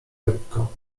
lekko